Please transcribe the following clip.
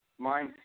mindset